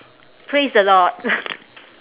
praise the lord